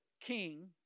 king